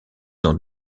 dans